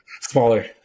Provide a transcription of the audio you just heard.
smaller